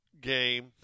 game